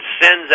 sends